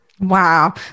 Wow